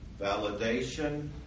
Validation